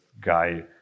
guy